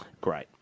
Great